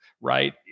right